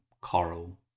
coral